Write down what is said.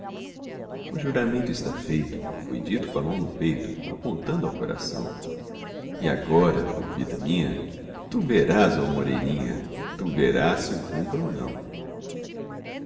o juramento está feito foi dito coa mão no peito apontando ao coração e agora por vida minha tu verás oh moreninha tu verás se o cumpro ou não